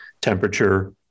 temperature